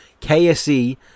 kse